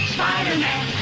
Spider-Man